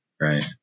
right